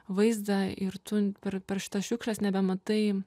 vaizdą ir tu per per šitas šiukšles nebematai